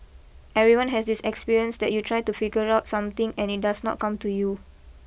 everyone has this experience that you try to figure out something and it does not come to you